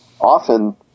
often